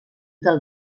del